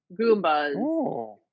Goombas